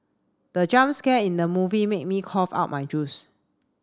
the jump scare in the movie made me cough out my juice